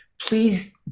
please